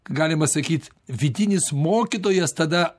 galima sakyt vidinis mokytojas tada